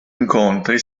incontri